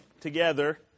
together